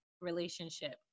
relationship